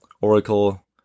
Oracle